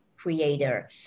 creator